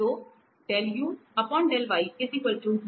तो हैं